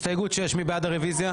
הסתייגות מספר 42, מי בעד הרביזיה?